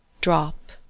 drop